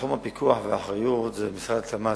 תחום הפיקוח והאחריות נמצא במשרד התמ"ת.